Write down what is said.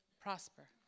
prosper